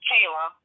Kayla